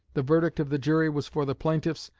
the verdict of the jury was for the plaintiff,